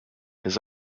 his